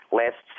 last